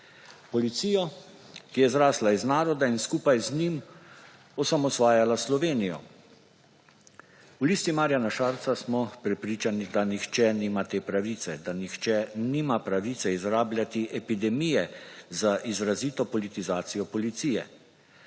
Policijo, ki je zrasla iz naroda in skupaj z njim osamosvajala Slovenijo? V Listi Marjana Šarca smo prepričani, da nihče nima te pravice; da nihče nima pravice izrabljati epidemije za izrazito politizacijo policije.